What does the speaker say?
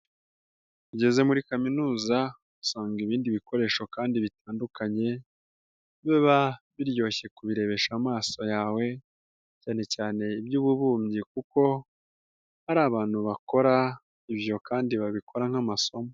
Ugeze muri kaminuza usanga ibindi bikoresho kandi bitandukanye biba biryoshye kubirebesha amaso yawe, cyane cyane iby'ububumbyi kuko hari abantu bakora ibyo kandi babikora nk'amasomo.